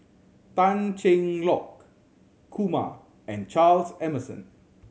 Tan Cheng Lock Kumar and Charles Emmerson